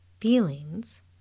feelings